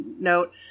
note